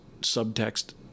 subtext